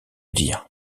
dire